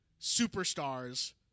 superstars